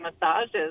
massages